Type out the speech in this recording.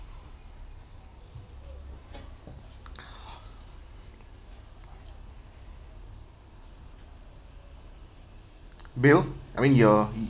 bill I mean your